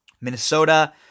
Minnesota